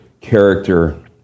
character